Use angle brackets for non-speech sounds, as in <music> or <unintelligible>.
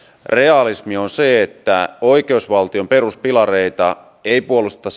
realismia on se että oikeusvaltion peruspilareita ei puolusteta <unintelligible>